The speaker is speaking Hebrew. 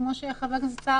כמו שאמר חבר הכנסת סער,